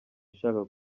ishaka